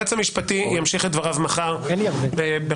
היועץ המשפטי ימשיך את דבריו מחר בכל